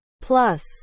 Plus